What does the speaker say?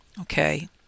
okay